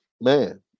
man